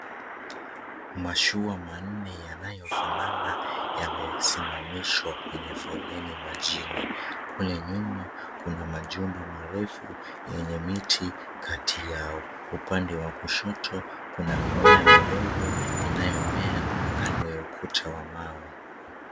Mashua manne yanayofanana yamesimamishwa kwenye foleni majini. Kule nyuma kuna majumba marefu yenye miti kati yao. Upande wa kushoto kuna mimea midogo inayomea kando ya ukuta wa mawe.